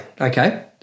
Okay